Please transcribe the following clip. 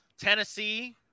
Tennessee